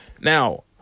Now